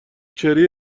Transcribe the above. چهره